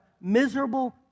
miserable